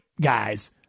guys